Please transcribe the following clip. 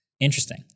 Interesting